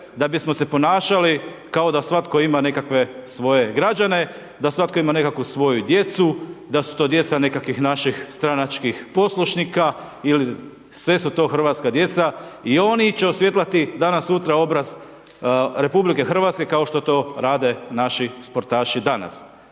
da bismo se ponašali, kao da svatko ima svoje nekakve građane, da svatko ima svoju nekakvu djecu, da su to djeca, nekakvih naših stranačkih poslušnika ili sve su to hrvatska djeca i oni će …/Govornik se ne razumije./…, danas sutra obraz RH kao što to rade naši sportaši danas.